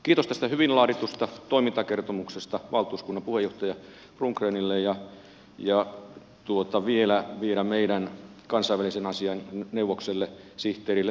kiitos tästä hyvin laaditusta toimintakertomuksesta valtuuskunnan puheenjohtaja rundgrenille ja vielä sihteerille meidän kansainvälisten asiain neuvoksellemme mari herraselle